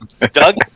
Doug